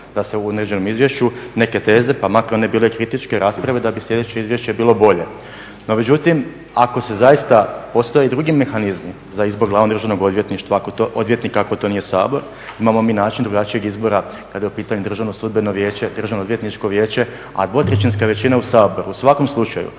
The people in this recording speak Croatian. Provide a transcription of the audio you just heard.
da se u … izvješću neke teze pa makar one bile kritičke rasprave da bi sljedeće izvješće bilo bolje. No međutim, ako se zaista postoje drugi mehanizmi, za izbor glavnog državnog odvjetnika ako to nije Sabor, imamo mi način drugačijeg izbora kada je u pitanju Državno sudbeno vijeće, Državno odvjetničko vijeće, a dvotrećinska većina u Saboru u svakom slučaju